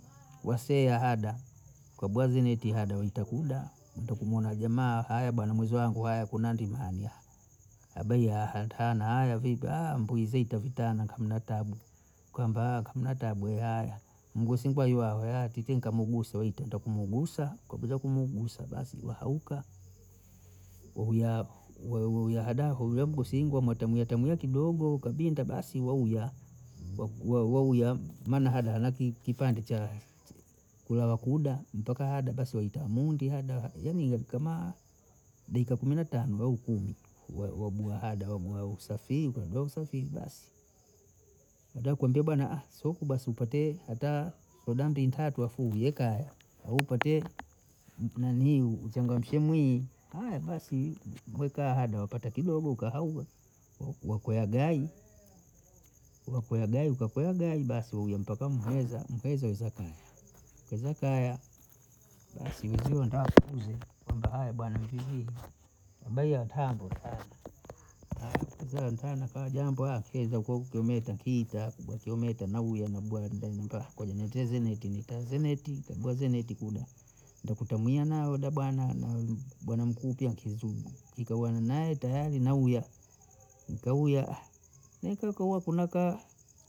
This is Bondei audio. Wasea hada, kobozi nitihada ntakuda, ntakumuona jamaa, haya bwana mwuezi wangu aya kuna ndima aaniya, abei aha itana aya vipi mbwizi ita vitana kamna tabu, kambia kamna tabu haya, mgosi ngwai wao, woya ntiti nkamuguse waite ndo kumugusa, kobila kumugusa basi wahaluka, wouya we uya hadaa kugure kusingwa mwitamwetamwe kidogo kadinda, basi wauya, wauya maana hada hana kitandi cha kulaa wakuda mpaka hada basi waita mundi hada, yani kama, daika kumi na tano au kumi, wabua hada, wagua usafiri ugwa usafiri basi, natakwambia bana siwakubwa simpotee, hata hoda mbii ntatu afu uye kaya, au upatie uchangangamshe mwiyi, aya basi wekaa hada wapata kidogo kahauyo, wakoya gayi, wakoya gayi ukakwebemu, basi ulye mpata mkaza mkaza iza kaya, keza kaya, basi uzio ndafuze, kwamba haya bwana nipigie, habayi ya tango kuze ntana kajomba, keza huko kemeta kita, ubwa kemeta mauya na bwali ndanyumba koja neteza niti, ntaeza neti tagwaza neti kuda, ntakuta mnyama haoda bana naoli bwana mkuu pia akiuzu ikawa ninawe tayari nauya, nkauya nkaka wako nakaa